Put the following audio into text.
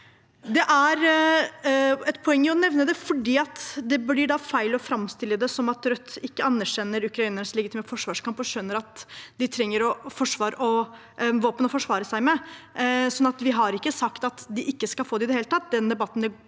Det er et poeng å nevne det, for det blir da feil å framstille det som at Rødt ikke anerkjenner Ukrainas legitime forsvarskamp og skjønner at de trenger våpen å forsvare seg med. Vi har ikke sagt at de ikke skal få det i det hele tatt.